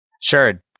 Sure